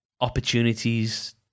opportunities